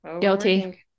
guilty